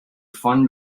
fund